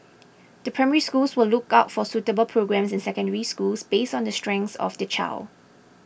the Primary Schools will look out for suitable programmes in Secondary Schools based on the strengths of the child